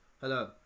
hello